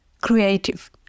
creative